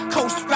Coast